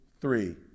three